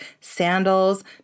sandals